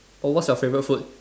oh what's your favourite food